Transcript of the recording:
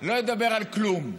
לא אדבר על כלום,